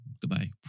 goodbye